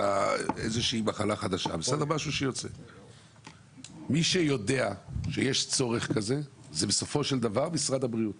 איזושהי מחלה חדשה מי שיודע שיש צורך כזה זה בסופו של דבר משרד הבריאות.